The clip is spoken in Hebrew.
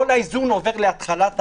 כל האיזון עובר להתחלת ההליך.